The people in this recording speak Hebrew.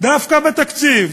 דווקא בתקציב,